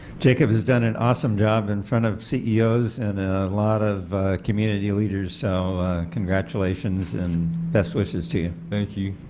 jacob has done an awesome job in front of ceos and a lot of community leaders, so congratulations and best wishes to you. jacob thank you.